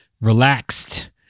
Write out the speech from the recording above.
relaxed